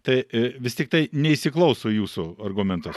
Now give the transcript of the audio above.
tai vis tiktai neįsiklauso į jūsų argumentus